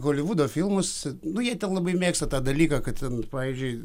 holivudo filmus nu jie ten labai mėgsta tą dalyką kad ten pavyzdžiui